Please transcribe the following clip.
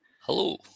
Hello